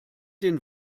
den